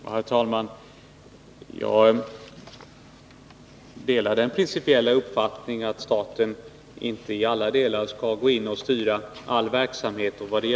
Herr talman! Jag delar den principiella uppfattningen att staten inte i alla delar skall gå in och styra all verksamhet.